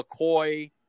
McCoy